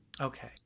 Okay